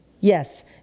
Yes